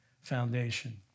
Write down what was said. foundation